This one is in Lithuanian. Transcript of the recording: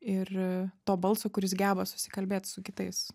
ir to balso kuris geba susikalbėt su kitais